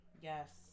yes